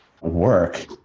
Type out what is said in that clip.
work